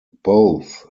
both